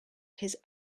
his